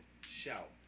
shout